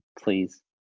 please